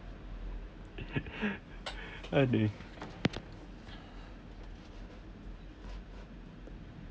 are they